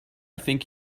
think